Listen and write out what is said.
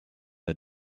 the